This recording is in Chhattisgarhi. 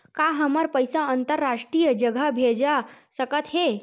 का हमर पईसा अंतरराष्ट्रीय जगह भेजा सकत हे?